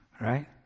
right